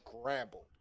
scrambled